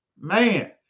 Man